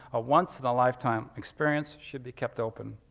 a once in a lifetime experience, should be kept open.